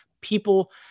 people